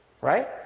right